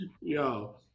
Yo